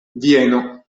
vieno